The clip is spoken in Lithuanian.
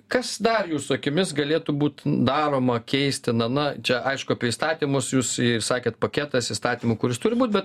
kas dar jūsų akimis galėtų būt daroma keistina na čia aišku apie įstatymus jūs sakėt paketas įstatymų kuris turi būt bet